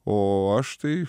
o aš tai